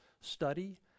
Study